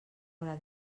haurà